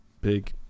big